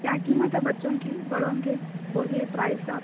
کیا قیمت ہے بچوں کی بڑوں کے بولیے پرائز آپ